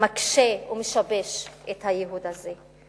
זה מקשה ומשבש את הייעוד הזה.